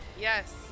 Yes